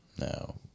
No